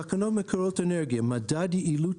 תקנות מקורות אנרגיה (מדד יעילות